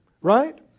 Right